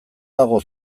dago